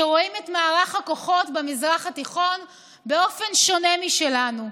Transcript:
שרואים את מערך הכוחות במזרח התיכון באופן שונה משלנו.